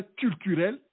culturel